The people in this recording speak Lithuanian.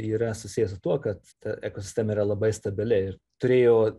yra susiję su tuo kad ta ekosistema yra labai stabili ir turėjo